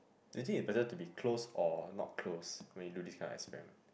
do you think you better to be close or not close when you do this kind of experiment